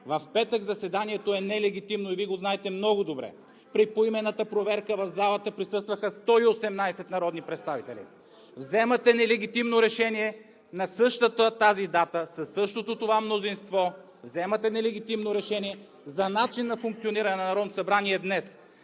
в петък заседанието е нелегитимно и Вие го знаете много добре. При поименната проверка в залата присъстваха 118 народни представители. На същата тази дата, със същото това мнозинство вземате ли легитимно решение за начина на функциониране на Народното събрание днес?